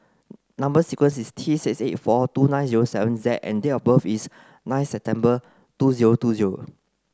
number sequence is T six eight four two nine zero seven Z and date of birth is nine September two zero two zero